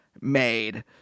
made